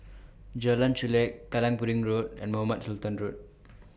Jalan Chulek Kallang Pudding Road and Mohamed Sultan Road